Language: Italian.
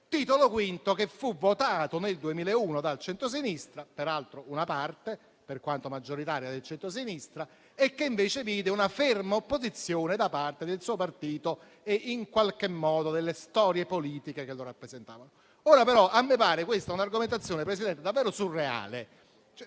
Titolo V che fu votato nel 2001 dal centrosinistra - peraltro da una parte, per quanto maggioritaria, del centrosinistra - che invece vide una ferma opposizione da parte del suo partito e in qualche modo delle storie politiche che lo rappresentavano. Questa, però, mi pare sia un'argomentazione davvero surreale, non